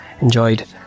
Enjoyed